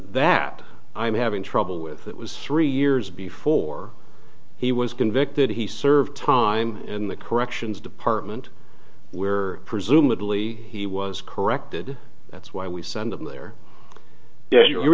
that i'm having trouble with it was three years before he was convicted he served time in the corrections department where presumably he was corrected that's why we send them there y